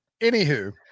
anywho